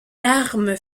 larme